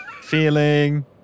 Feeling